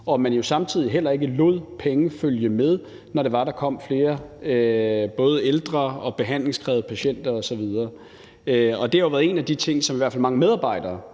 lod man jo heller ikke penge følge med, når der kom flere både ældre og behandlingskrævende patienter osv. Det har været en af de ting, som i hvert fald mange medarbejdere